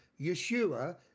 Yeshua